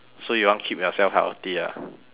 so you want keep yourself healthy ah